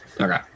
Okay